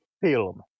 film